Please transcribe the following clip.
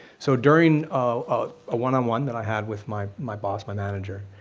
so during a one on one that i had with my my boss, my manager,